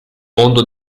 mondo